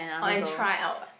orh and try out [what]